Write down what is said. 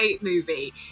movie